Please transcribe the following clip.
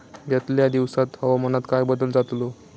यतल्या दिवसात हवामानात काय बदल जातलो?